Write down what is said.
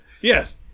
Yes